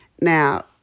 Now